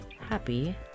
happy